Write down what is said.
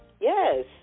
Yes